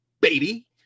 Baby